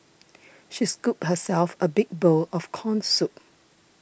she scooped herself a big bowl of Corn Soup